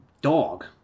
dog